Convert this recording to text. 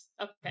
Okay